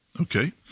okay